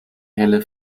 helle